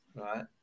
right